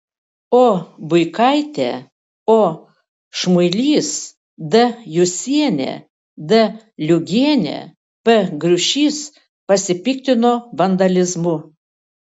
o buikaitė o šmuilys d jusienė d liugienė p griušys pasipiktino vandalizmu